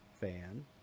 fan